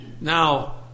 Now